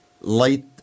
light